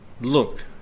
look